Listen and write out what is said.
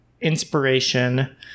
inspiration